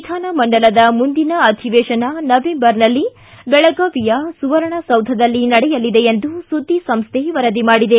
ವಿಧಾನಮಂಡಲದ ಮುಂದಿನ ಅಧಿವೇಶನ ನವೆಂಬರ್ನಲ್ಲಿ ದೆಳಗಾವಿಯ ಸುವರ್ಣಸೌಧದಲ್ಲಿ ನಡೆಯಲಿದೆ ಎಂದು ಸುದ್ದಿ ಸಂಸ್ಥೆ ವರದಿ ಮಾಡಿದೆ